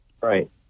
Right